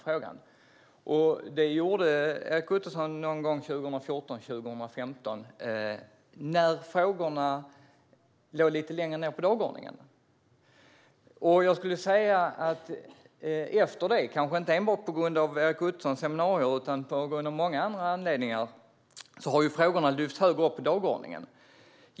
Detta gjorde Erik Ottoson 2014 eller 2015, när frågorna låg lite längre ned på dagordningen. Efter det har frågorna, kanske inte enbart på grund av Erik Ottosons seminarier utan av många andra anledningar, lyfts högre upp på dagordningen.